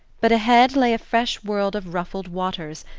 but ahead lay a fresh world of ruffled waters,